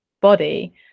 body